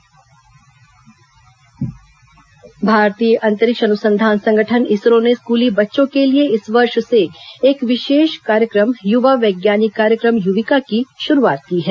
Yuvika online पंजीकरण भारतीय अंतरिक्ष अनुसंधान संगठन इसरो ने स्कूली बच्चों के लिए इस वर्ष से एक विशेष कार्यक्रम युवा वैज्ञानी कार्यक्रम युविका की शुरूआत की है